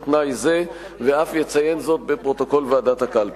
של תנאי זה ואף יציין זאת בפרוטוקול ועדת הקלפי.